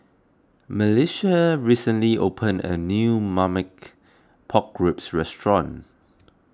Melissia recently opened a new Marmite Pork Ribs Restaurant